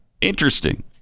interesting